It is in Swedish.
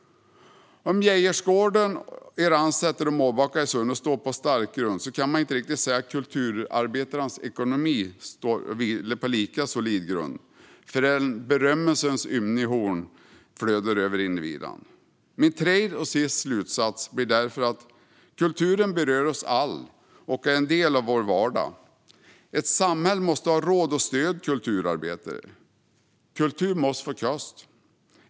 Geijersgården i Ransäter och Mårbacka i Sunne må stå på stark grund, men man kan inte riktigt säga att kulturarbetares ekonomi vilar på lika solid grund förrän berömmelsens ymniga horn flödar över individerna. Min sista slutsats blir därför att kulturen berör oss alla och är en del av vår vardag. Ett samhälle måste ha råd att stödja kulturarbetare. Kultur måste få kosta.